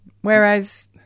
Whereas